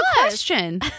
question